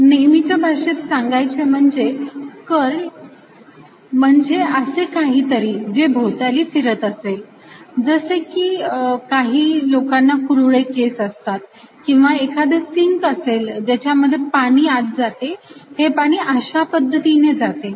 Curl ExEz∂y Ey∂zyEx∂z Ez∂xzEy∂x Ex∂y नेहमीच्या भाषेत सांगायचे म्हणजे कर्ल म्हणजे असे काहीतरी जे भोवताली फिरत असेल जसे की काही लोकांना कुरूळे केस असतात किंवा एखादे सिंक असेल ज्याच्या मध्ये पाणी जाते हे पाणी अशा पद्धतीने जाते